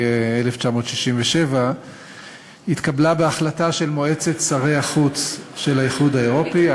1967 התקבלה במועצת שרי החוץ של האיחוד האירופי,